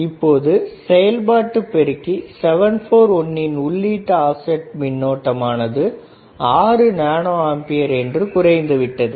இப்போது செயல்பாட்டு பெருக்கி 741 இன் உள்ளீட்டு ஆப்செட் மின்னோட்டம் ஆனது 6nA என்று குறைந்துவிட்டது